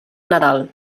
nadal